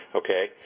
okay